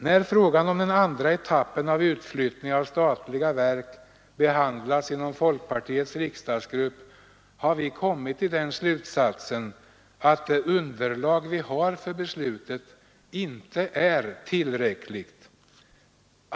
När frågan om den andra etappen av utflyttning av statliga verk behandlats inom folkpartiets riksdagsgrupp har vi kommit till den slutsatsen att det underlag vi har för beslutet inte är tillräckligt.